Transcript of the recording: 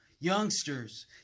youngsters